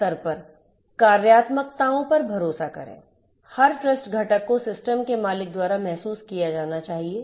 के स्तर पर कार्यात्मकताओं पर भरोसा करें हर ट्रस्ट घटक को सिस्टम के मालिक द्वारा महसूस किया जाना चाहिए